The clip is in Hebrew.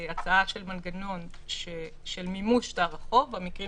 הצעה של מנגנון של מימוש שטר החוב במקרים